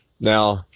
Now